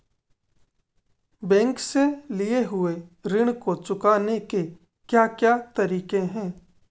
Bank से लिए हुए ऋण को चुकाने के क्या क्या तरीके हैं?